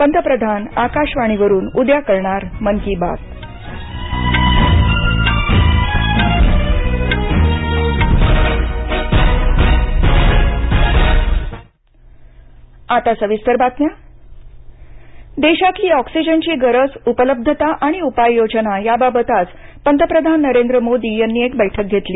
पंतप्रधान आकाशवाणीवरुन उद्या करणार मन की बात पंतप्रधान ऑक्सिजन बैठक देशातली ऑक्सिजनची गरजउपलब्धता आणि उपाययोजना याबाबत आज पंतप्रधान नरेंद्र मोदी यांनी एक बैठक घेतली